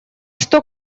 что